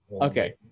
okay